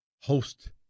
host